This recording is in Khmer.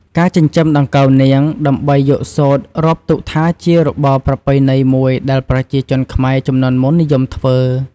ការចិញ្ចឹមដង្កូវនាង ដើម្បីយកសូត្ររាប់ទុកថាជារបរប្រពៃណីមួយដែលប្រជាជនខ្មែរជំនាន់មុននិយមធ្វើ។